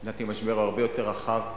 לדעתי, המשבר הוא הרבה יותר רחב,